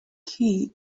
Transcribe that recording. key